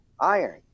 iron